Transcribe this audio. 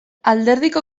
alderdiko